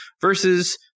versus